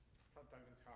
sometimes it's hard.